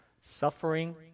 suffering